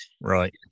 Right